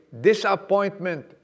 disappointment